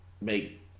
make